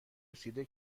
رسیده